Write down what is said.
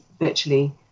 virtually